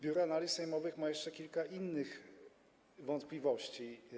Biuro Analiz Sejmowych ma jeszcze kilka innych wątpliwości.